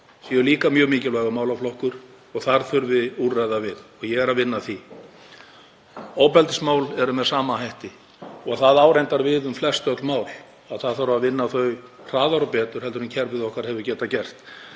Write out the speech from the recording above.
séu líka mjög mikilvægur málaflokkur og þar þurfi úrræða við og ég er að vinna að því. Ofbeldismál eru með sama hætti og það á reyndar við um flestöll mál, að það þarf að vinna þau hraðar og betur en kerfið okkar hefur getað gert.